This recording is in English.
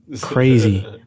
Crazy